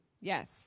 Yes